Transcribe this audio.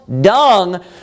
dung